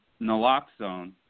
naloxone